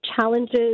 challenges